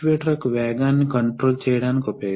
మనము ఇంతకుముందు అలాంటి వాల్వ్స్ చూశాము